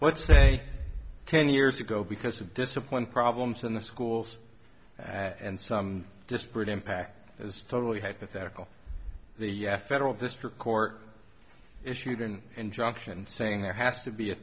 let's say ten years ago because of discipline problems in the schools and some disparate impact is totally hypothetical the federal district court issued an injunction saying there has to be a